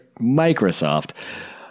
Microsoft